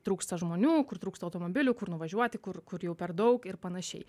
trūksta žmonių kur trūksta automobilių kur nuvažiuoti kur jau per daug ir panašiai